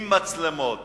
עם מצלמות.